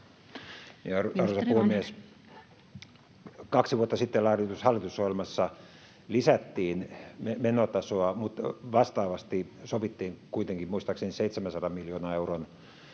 Arvoisa puhemies! Kaksi vuotta sitten laaditussa hallitusohjelmassa lisättiin menotasoa, mutta vastaavasti sovittiin kuitenkin muistaakseni 700 miljoonan euron